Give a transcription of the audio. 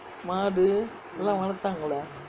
மாடு எல்லாம் வளர்த்தாங்களே:maadu ellam valarthangalae